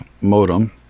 modem